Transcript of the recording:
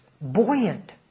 buoyant